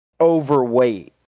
overweight